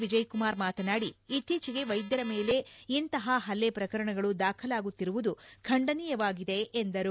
ವಿಜಯಕುಮಾರ್ ಮಾತನಾಡಿ ಇತ್ತೀಚೆಗೆ ವೈದ್ಯರ ಮೇಲೆ ಇಂತಹ ಹಲ್ಲೆ ಪ್ರಕರಣಗಳು ದಾಖಲಾಗುತ್ತಿರುವುದು ಖಂಡನೀಯವಾಗಿದೆ ಎಂದರು